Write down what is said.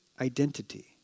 identity